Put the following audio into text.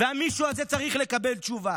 והמישהו הזה צריך לקבל תשובה.